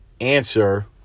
answer